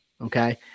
okay